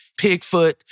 Pigfoot